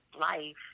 life